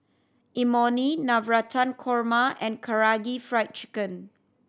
Imoni Navratan Korma and Karaage Fried Chicken